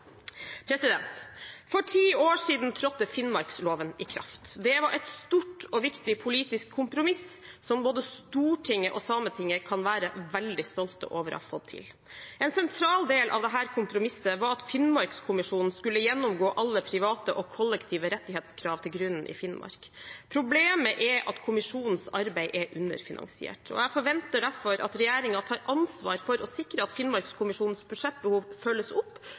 For ti år siden trådte Finnmarksloven i kraft. Det var et stort og viktig politisk kompromiss både Stortinget og Sametinget kan være veldig stolt over å ha fått til. En sentral del av dette kompromisset var at Finnmarkskommisjonen skulle gjennomgå alle private og kollektive rettighetskrav til grunnen i Finnmark. Problemet er at kommisjonens arbeid er underfinansiert. Jeg forventer derfor at regjeringen tar ansvar for å sikre at Finnmarkskommisjonens budsjettbehov følges opp,